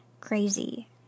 crazy